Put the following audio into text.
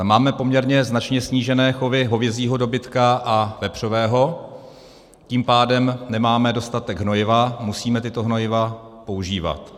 Máme poměrně značně snížené chovy hovězího dobytka a vepřového, tím pádem nemáme dostatek hnojiva, musíme tato hnojiva používat.